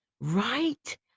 Right